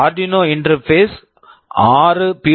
Arduino Arduino interface interface ஆறு B